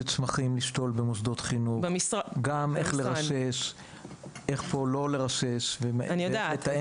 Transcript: צמחים לשתול במוסדות חינוך; איך לרסס; איפה לא לרסס --- אני יודעת.